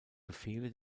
befehle